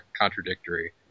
contradictory